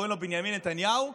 קוראים לו בנימין נתניהו.